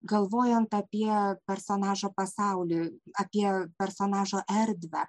galvojant apie personažo pasaulį apie personažo erdvę